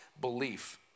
belief